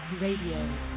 Radio